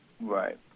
Right